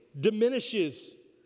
diminishes